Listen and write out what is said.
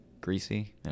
greasy